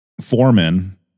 foreman